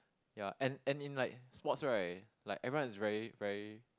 ya and and in like sports right like everyone is very very